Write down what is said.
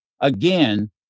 again